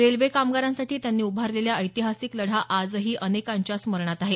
railway कामगारांसाठी त्यांनी उभारलेला ऐतिहासिक लढा आजही अनेकांच्या स्मरणात आहे